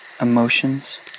emotions